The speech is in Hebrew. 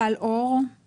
כי המון פעמים נלקח מעשה